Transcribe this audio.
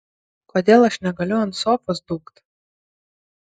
kodėl aš negaliu ant sofos dūkt